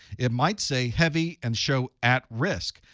it might say heavy and show at risk,